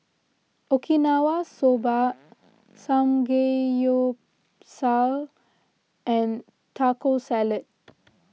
Okinawa Soba Samgeyopsal and Taco Salad